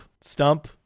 stump